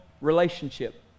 relationship